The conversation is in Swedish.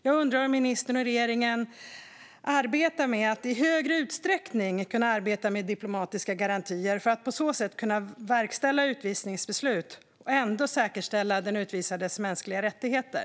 Jag undrar om ministern och regeringen arbetar med att i större utsträckning kunna använda sig av diplomatiska garantier för att på så sätt kunna verkställa utvisningsbeslut och ändå säkerställa den utvisades mänskliga rättigheter.